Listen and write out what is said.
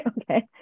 okay